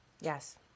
Yes